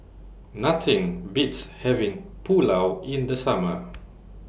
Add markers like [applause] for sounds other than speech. Nothing Beats having Pulao in The Summer [noise]